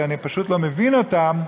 כי אני פשוט לא מבין אותן,